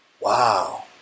Wow